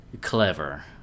clever